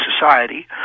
society